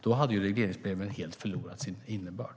Då hade regleringsbreven helt förlorat sin innebörd.